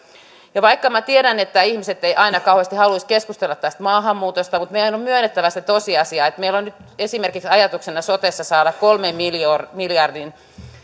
ja vaikka minä tiedän että ihmiset eivät aina kauheasti haluaisi keskustella tästä maahanmuutosta meidän on myönnettävä tämä tosiasia meillä esimerkiksi on nyt sotessa ajatuksena saada kolmen miljardin